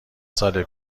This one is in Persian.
سال